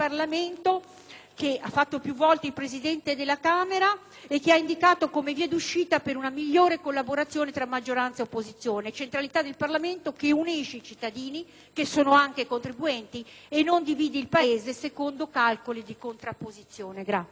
del Parlamento che il presidente della Camera Gianfranco Fini ha già indicato come via d'uscita per una migliore collaborazione tra maggioranza e opposizione, quella centralità del Parlamento che unisce i cittadini, che sono anche contribuenti, e non divide il Paese secondo calcoli di contrapposizione